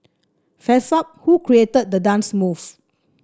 fess up who created the dance move